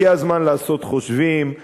הגיע הזמן לעשות חושבים,